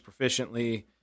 proficiently